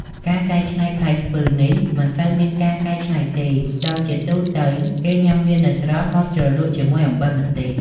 ការកៃច្នៃផ្លែស្ពឺនេះ មិនសូវមានការកៃច្នៃទេ ដោយជាទូទៅគេញ៉ាំវានៅស្រស់មកជ្រលក់ជាមួយអំបិលម្ទេស។